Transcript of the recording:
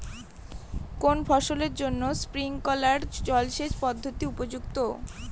কোন ফসলের জন্য স্প্রিংকলার জলসেচ পদ্ধতি উপযুক্ত?